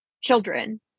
children